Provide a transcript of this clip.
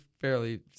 fairly